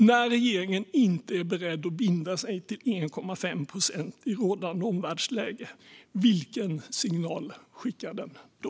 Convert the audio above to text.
När regeringen inte är beredd att binda sig till 1,5 procent i rådande omvärldsläge, vilken signal skickar den då?